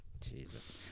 Jesus